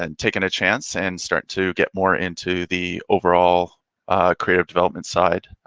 and taking a chance and start to get more into the overall creative development side.